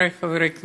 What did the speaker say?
חברי חברי הכנסת,